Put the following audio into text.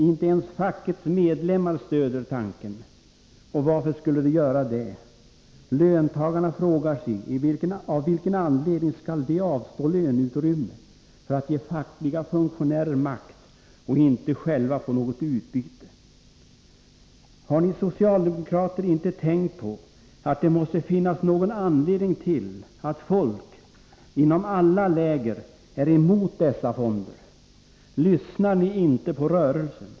Inte ens fackets medlemmar stöder tanken. Varför skulle de göra det? Löntagarna frågar sig av vilken anledning de skall avstå löneutrymme för att ge fackliga funktionärer makt och inte själva få något i utbyte. Har ni socialdemokrater inte tänkt på att det måste finnas någon anledning till att folk — inom alla läger — är emot dessa fonder? Lyssnar ni inte på rörelsen?